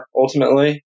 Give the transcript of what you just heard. ultimately